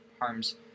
harms